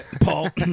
Paul